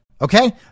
Okay